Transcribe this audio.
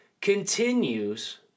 continues